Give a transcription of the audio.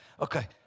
okay